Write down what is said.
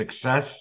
success